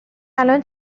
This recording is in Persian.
الان